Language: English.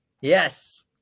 Yes